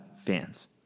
fans